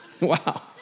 Wow